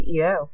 CEO